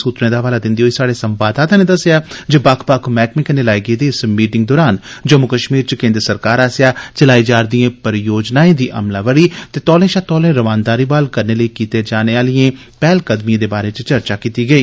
सुत्तरें दा हवाला दिंदे होई स्हाड़े संवाददाता नै दस्सेआ ऐ जे बक्ख बक्ख मैहकमें कन्नै लाई गेदी इस मीटिंग दौरान जम्मू कश्मीर च केन्द्र सरकार आसेआ चलाई जा'रदी योजनाएं दी अमलावरी ते तौले शा तौले रमानदारी ब्हाल करने लेई कीती जाने आहली पैहलकदमिएं बारै चर्चा कीती गेई